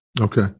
Okay